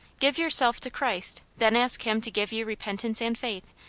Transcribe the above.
give yourself to christ. then ask him to give you repentance and faith,